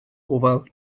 gofal